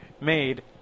made